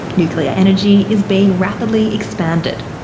nuclear energy is being rapidly expanded.